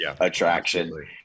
attraction